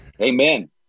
Amen